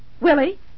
Willie